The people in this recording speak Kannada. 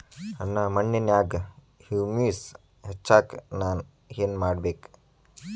ನನ್ನ ಮಣ್ಣಿನ್ಯಾಗ್ ಹುಮ್ಯೂಸ್ ಹೆಚ್ಚಾಕ್ ನಾನ್ ಏನು ಮಾಡ್ಬೇಕ್?